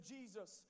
Jesus